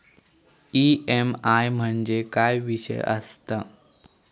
EMI म्हणजे काय विषय आसता?